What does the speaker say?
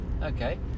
Okay